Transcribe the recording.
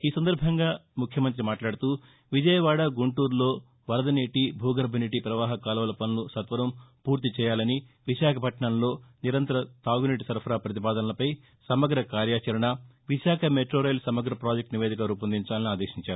ఈ సందర్బంగా ముఖ్యమంత్రి మాట్లాడుతూ విజయవాడ గుంటూరులో వరదనీటి భూగర్భనీటి ప్రవాహ కాలువల పనులు సత్వరం ఫూర్తి చేయాలని విశాఖ పట్టణంలో నిరంతర తాగునీటి సరఫరా ప్రతిపాదనలపై సమ్నగ కార్యాచరణ విశాఖ మెట్టో రైల్ సమగ్ర పాజెక్టు నివేదిక రూపొందించాలని ఆదేశించారు